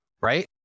Right